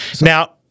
Now